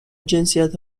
جنسیت